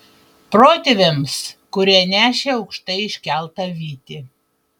protėviams kurie nešė aukštai iškeltą vytį